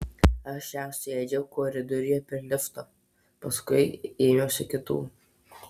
aš ją suėdžiau koridoriuje prie lifto paskui ėmiausi kitų